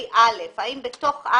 הוצאתי אותו כי יש לו